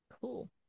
Cool